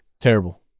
terrible